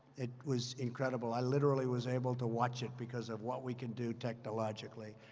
it was incredible. i literally was able to watch it because of what we can do technologically.